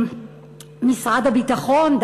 משרד הביטחון,